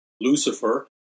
Lucifer